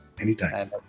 anytime